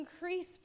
increase